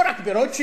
לא רק ברוטשילד,